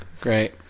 great